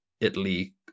Italy